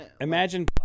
imagine